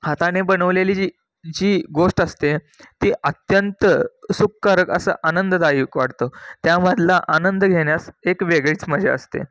हाताने बनवलेली जी जी गोष्ट असते ती अत्यंत सुखकारक असं आनंददायक वाटतं त्यामधला आनंद घेण्यास एक वेगळीच मजा असते